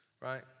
right